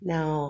Now